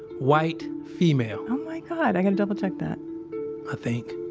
white female. oh my god, i gotta double check that i think.